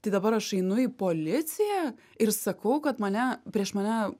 tai dabar aš einu į policiją ir sakau kad mane prieš mane